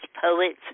poets